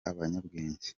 abanyabwenge